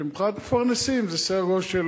ומבחינת המפרנסים זה סדר גודל של